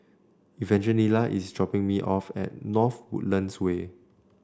Evangelina is dropping me off at North Woodlands Way